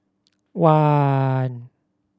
one